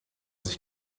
sich